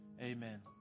Amen